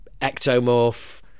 ectomorph